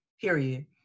period